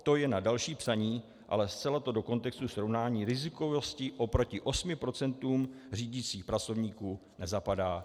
To je na další psaní, ale zcela to do kontextu srovnání rizikovosti oproti 8 % řídících pracovníků nezapadá.